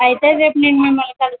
అయితే రేపు నేను మిమల్ని కలుస్తాను